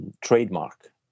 Trademark